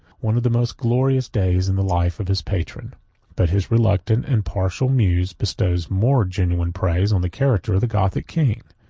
one of the most glorious days in the life of his patron but his reluctant and partial muse bestows more genuine praise on the character of the gothic king.